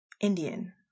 Indian